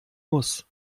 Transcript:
muss